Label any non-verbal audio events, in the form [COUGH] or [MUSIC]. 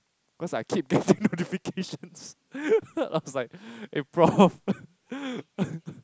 cause I keep getting notifications I was like [LAUGHS] eh prof